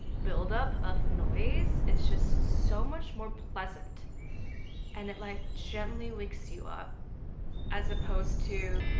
build-up of noise. it's just so much more pleasant and it like gently wakes you up as opposed to.